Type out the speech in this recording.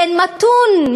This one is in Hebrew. בין מתון,